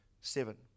Seven